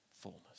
fullness